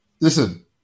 Listen